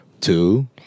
Two